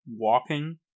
walking